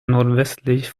nordwestlich